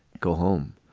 go home